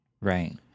Right